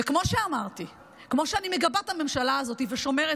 וכמו שאמרתי: כמו שאני מגבה את הממשלה הזאת ושומרת